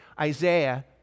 Isaiah